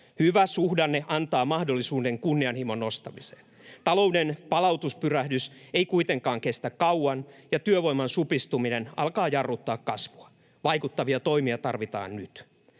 Hyvä suhdanne antaa mahdollisuuden kunnianhimon nostamiseen. Talouden palautumispyrähdys ei kuitenkaan kestä kauan, ja työvoiman supistuminen alkaa jarruttaa kasvua. Vaikuttavia toimia tarvitaan nyt.